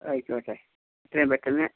ആയിക്കോട്ടെ എത്രയും പെട്ടെന്ന്